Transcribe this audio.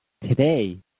Today